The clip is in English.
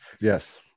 Yes